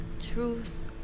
truth